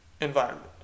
environment